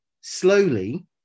slowly